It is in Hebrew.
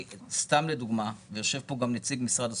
סתם לדוגמה, ויושב פה גם נציג משרד הספורט.